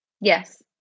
Yes